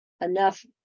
enough